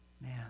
man